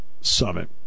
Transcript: summit